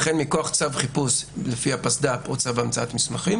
לכן מכוח צו חיפוש לפי הפסד"פ או צו המצאת מסמכים